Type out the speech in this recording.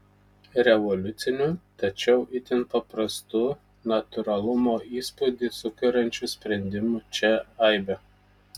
revoliucinių tačiau itin paprastų natūralumo įspūdį sukuriančių sprendimų čia aibė